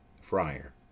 friar